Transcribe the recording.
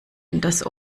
hinters